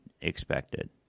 expected